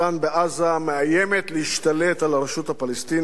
בעזה מאיימת להשתלט על הרשות הפלסטינית,